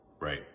right